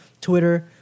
Twitter